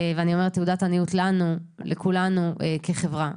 אני אומרת: תעודת עניות לנו, לכולנו, כחברה.